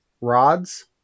rods